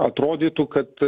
atrodytų kad